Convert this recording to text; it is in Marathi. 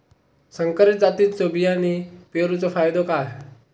संकरित जातींच्यो बियाणी पेरूचो फायदो काय?